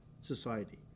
society